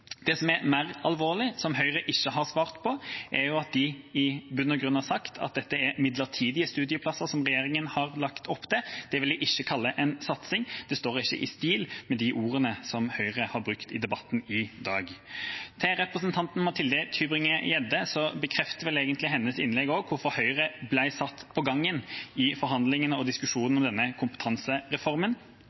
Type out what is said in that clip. Det som er mer alvorlig, og som Høyre ikke har svart på, er at de i bunn og grunn har sagt at det er midlertidige studieplasser som regjeringa har lagt opp til. Det vil jeg ikke kalle en satsing. Det står ikke i stil med de ordene som Høyre har brukt i debatten i dag. Til representanten Mathilde Tybring-Gjedde: Hennes innlegg bekrefter vel hvorfor Høyre ble satt på gangen i forhandlingene og diskusjonene om denne kompetansereformen.